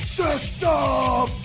system